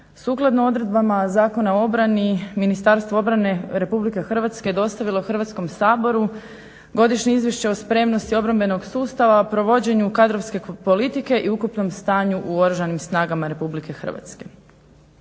Sukladno odredbama Zakona o obrani Ministarstvo obrane RH je dostavilo Hrvatskom saboru Godišnje izvješće o spremnosti obrambenog sustava, provođenju kadrovske politike i ukupnom stanju u Oružanim snagama RH.